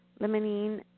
limonene